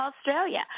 Australia